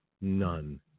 None